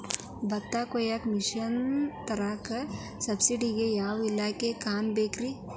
ಭತ್ತ ಕೊಯ್ಯ ಮಿಷನ್ ತರಾಕ ಸಬ್ಸಿಡಿಗೆ ಯಾವ ಇಲಾಖೆ ಕಾಣಬೇಕ್ರೇ?